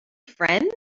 friends